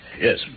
yes